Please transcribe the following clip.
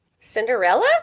Cinderella